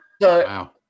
wow